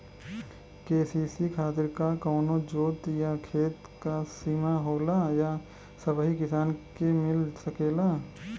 KCC खातिर का कवनो जोत या खेत क सिमा होला या सबही किसान के मिल सकेला?